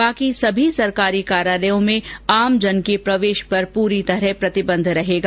बाकी सभी सरकारी कार्यालयों में आमजन के प्रवेश पर पूरी तरह प्रतिबन्ध रहेगा